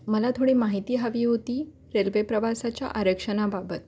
मला थोडी माहिती हवी होती रेल्वे प्रवासाच्या आरक्षणाबाबत